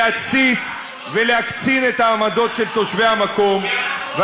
להתסיס ולהקצין את העמדות של תושבי המקום,